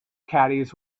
caddies